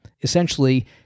Essentially